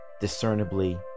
discernibly